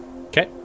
Okay